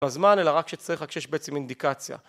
בזמן אלא רק כשצריך כשיש בעצם אינדיקציה